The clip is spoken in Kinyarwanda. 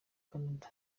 canada